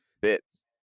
bits